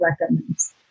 recommends